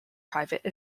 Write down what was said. private